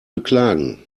beklagen